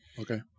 Okay